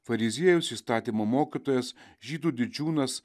fariziejus įstatymo mokytojas žydų didžiūnas